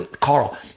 Carl